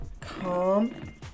calm